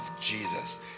jesus